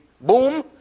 boom